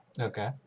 Okay